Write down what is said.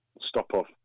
stop-off